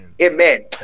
amen